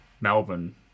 Melbourne